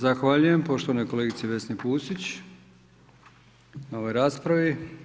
Zahvaljujem poštovanoj kolegici Vesni Pusić na ovoj raspravi.